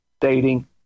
dating